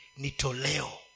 nitoleo